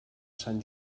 sant